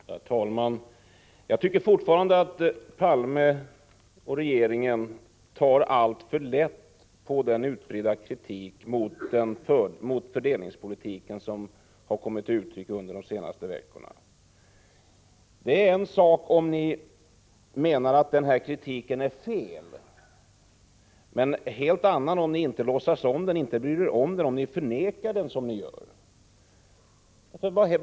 Herr talman! Jag tycker fortfarande att Palme och regeringen tar alltför lätt på den utbredda kritik mot fördelningspolitiken som har kommit till uttryck under de senaste veckorna. Det är en sak om ni menar att kritiken är felaktig, men en helt annan om ni inte bryr er om den utan förnekar den såsom ni gör.